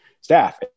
staff